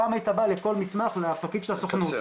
פעם היית בא לכל מסמך לפקיד של הסוכנות,